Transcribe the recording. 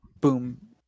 boom